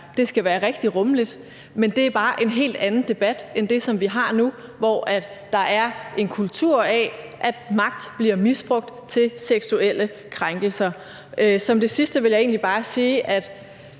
Det skal være rigtig rummeligt. Men det er bare en helt anden debat end den, som vi har nu om en kultur, hvor magt bliver misbrugt til seksuelle krænkelser. Som det sidste vil jeg egentlig bare sige, at